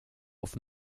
auf